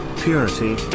purity